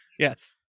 yes